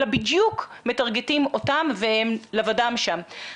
אלא בדיוק מטרגטים אותם והם לבדם שם.